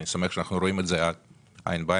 אני שמח שאנחנו רואים את זה עין בעין,